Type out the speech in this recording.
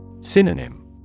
Synonym